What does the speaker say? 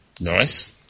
Nice